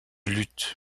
luth